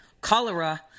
cholera